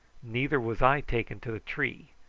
neither was i taken to the tree,